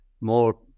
more